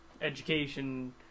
education